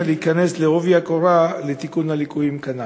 להיכנס בעובי הקורה לתיקון הליקויים הנ"ל?